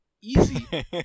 Easy